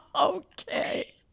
okay